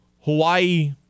Hawaii